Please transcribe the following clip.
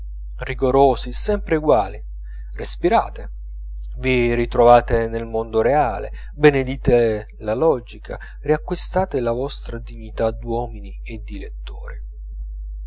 rigorosi sempre eguali respirate vi ritrovate nel mondo reale benedite la logica riacquistate la vostra dignità d'uomini e di lettori